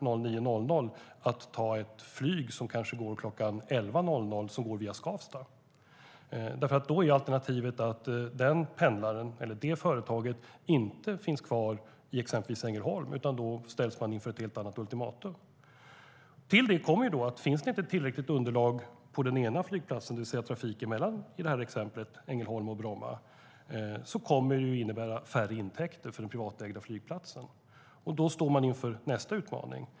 09.00 ska ta ett flyg som kanske går kl. 11.00 via Skavsta. Då är alternativet att den pendlaren eller det företaget inte stannar kvar i exempelvis Ängelholm. Då ställs man inför ett helt annat ultimatum. Till det kommer att om det inte finns tillräckligt underlag på den ena flygplatsen - i det här exemplet trafiken mellan Ängelholm och Bromma - kommer det att innebära lägre intäkter för den privatägda flygplatsen. Då står man inför nästa utmaning.